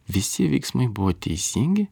visi veiksmai buvo teisingi